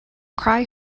cry